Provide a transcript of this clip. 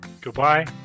Goodbye